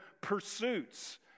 pursuits